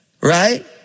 right